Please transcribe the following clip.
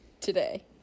today